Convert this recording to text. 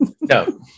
No